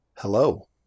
Hello